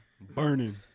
burning